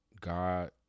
God